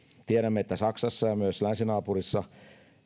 tiedämme että saksassa ja myös länsinaapurissa